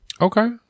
Okay